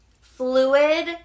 fluid